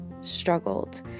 struggled